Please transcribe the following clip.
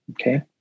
Okay